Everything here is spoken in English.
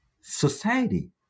society